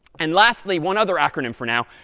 and lastly, one other acronym for now,